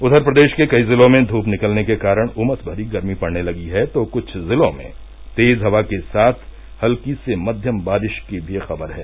उधर प्रदेश के कई जिलों में धूप निकलने के कारण उमस भरी गर्मी पड़ने लगी है तो कुछ जिलों में तेज हवा के साथ हल्की से मध्यम बारिश की भी खबर है